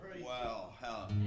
wow